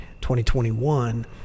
2021